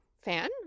fan